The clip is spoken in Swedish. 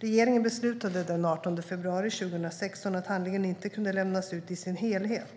Regeringen beslutade den 18 februari 2016 att handlingen inte kunde lämnas ut i sin helhet.